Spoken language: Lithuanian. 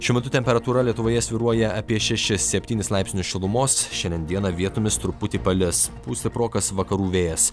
šiuo metu temperatūra lietuvoje svyruoja apie šešis septynis laipsnius šilumos šiandien dieną vietomis truputį palis pūs stiprokas vakarų vėjas